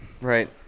right